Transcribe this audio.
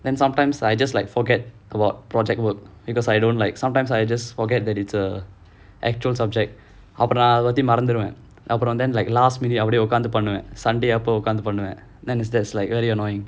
then sometimes I just like forget about project work because I don't like sometimes I just forget that it's a actual subject அப்புறம் அத பத்தி மறந்துடுவேன் அப்புறம்:appuram atha pathi maranthuduvaen appuram then like last minute அப்புறம் உக்காந்து பண்ணுவேன்:appuram ukkaanthu pannuvaen sunday அப்புறம் உக்காந்து பண்ணுவேன்:appuram ukkaanthu panunvaen then it's like slightly annoying